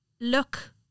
look